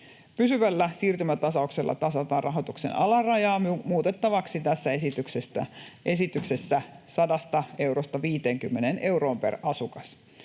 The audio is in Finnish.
Pysyvällä siirtymätasauksella tasataan rahoituksen alarajaa muutettavaksi tässä esityksessä 100 eurosta 50 euroon per asukas.